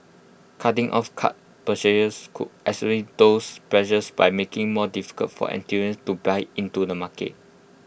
cutting off card purchases could those pressures by making more difficult for to buy into the market